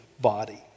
body